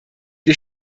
wir